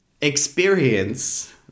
experience